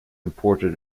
imported